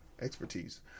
expertise